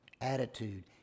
attitude